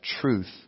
truth